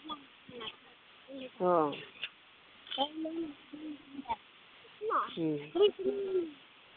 अ